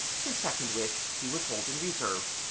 his second wish he would hold in reserve.